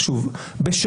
שוב,